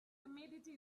humidity